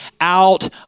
out